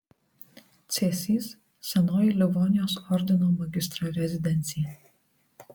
cėsys senoji livonijos ordino magistro rezidencija